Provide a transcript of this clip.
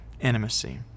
intimacy